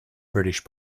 british